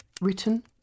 written